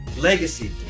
legacy